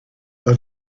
but